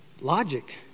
logic